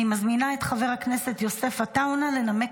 אני מזמינה את חבר הכנסת יוסף עטאונה לנמק